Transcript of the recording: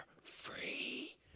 free